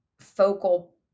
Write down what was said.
focal